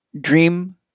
Dream